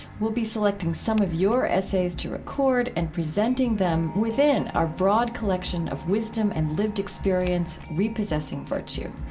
we'll be selecting some of your essays to record and presenting them within our broad collection of wisdom and lived experience, repossessing virtue.